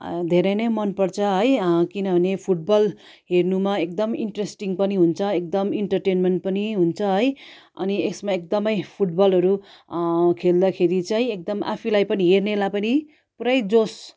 धेरै नै मन पर्छ है किनभने फुट बल हेर्नुमा एकदम इन्ट्रेस्टिङ पनि हुन्छ एकदम इन्टर्टेनमेन्ट पनि हुन्छ है अनि यसमा एकदम फुटबलहरू खेल्दाखेरि चाहिँ एकदम आफैँलाई पनि हेर्नेलाई पनि पुरै जोस